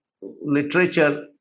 literature